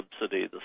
subsidy